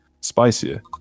spicier